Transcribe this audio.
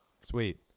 Sweet